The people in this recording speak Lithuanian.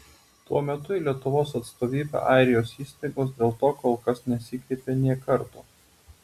tuo metu į lietuvos atstovybę airijos įstaigos dėl to kol kas nesikreipė nė karto